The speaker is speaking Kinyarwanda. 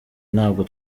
ntabwo